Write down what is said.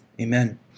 Amen